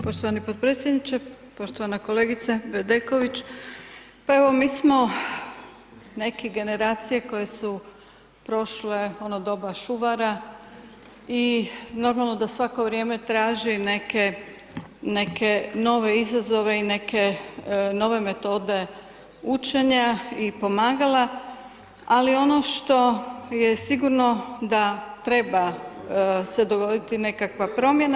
Poštovani podpredsjedniče, poštovana kolegice Bedeković, pa evo mi smo neke generacije prošle ono doba Šuvara i normalno da svako vrijeme traži neke, neke nove izazove i neke nove metode učenja i pomagala, ali ono što je sigurno da treba se dogoditi nekakva promjena.